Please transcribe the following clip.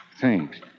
Thanks